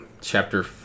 Chapter